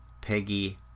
Peggy